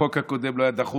החוק הקודם לא היה דחוף.